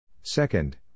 Second